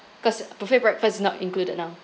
cause buffet breakfast is not included now